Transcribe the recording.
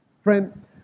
Friend